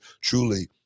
truly